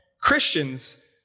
Christians